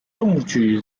中举